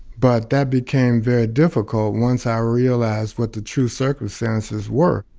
but that became very difficult once i realized what the true circumstances were